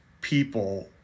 people